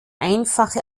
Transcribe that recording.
einfache